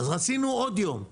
אז רצינו עוד יום.